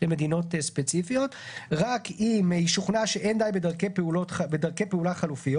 למדינות ספציפיות רק אם היא שוכנעה שאין בדרכי פעולה חלופיות,